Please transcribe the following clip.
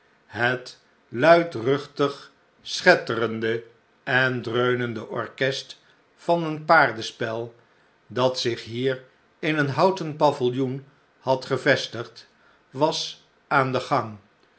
het luidruchtig schetterende en dreunende orchest van een paardenspel dat zich hier in een houten paviljoen had gevestigd was aan den gang